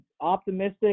optimistic